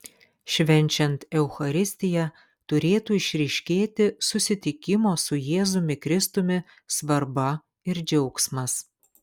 švenčiant eucharistiją turėtų išryškėti susitikimo su jėzumi kristumi svarba ir džiaugsmas